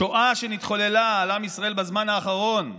"השואה שנתחוללה על עם ישראל בזמן האחרון,